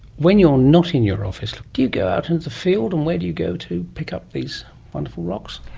when you are not in your office, do you go out into the field, and where do you go to pick up these wonderful rocks?